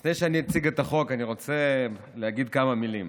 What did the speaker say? לפני שאציג את החוק אני רוצה להגיד כמה מילים.